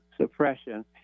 suppression